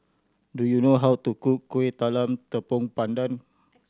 do you know how to cook Kueh Talam Tepong Pandan